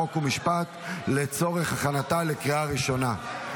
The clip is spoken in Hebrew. חוק ומשפט לצורך הכנתה לקריאה ראשונה.